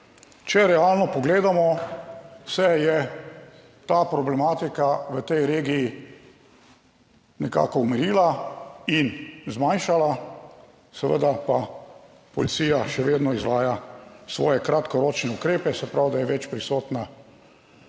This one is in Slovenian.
(nadaljevanje) je ta problematika v tej regiji nekako umirila in zmanjšala. Seveda pa policija še vedno izvaja svoje kratkoročne ukrepe, se pravi, da je več prisotna